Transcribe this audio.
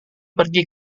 pergi